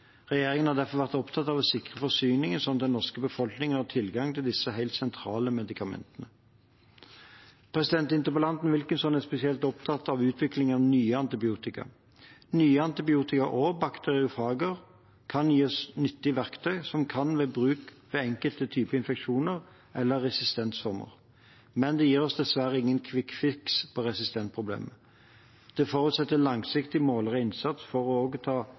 Regjeringen har derfor vært opptatt av å sikre forsyningen, slik at den norske befolkningen har tilgang til disse helt sentrale medikamentene. Interpellanten Wilkinson er spesielt opptatt av utvikling av nye antibiotika. Nye antibiotika og bakteriofager kan gi oss nyttige verktøy som vi kan bruke ved enkelte typer infeksjoner eller resistensformer. Men det gir oss dessverre ingen kvikkfiks på resistensproblemet. Det forutsetter langsiktig, målrettet innsats for også å ta